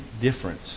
difference